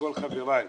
לכל חבריי,